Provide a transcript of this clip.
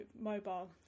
mobile